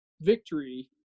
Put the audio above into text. Victory